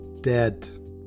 dead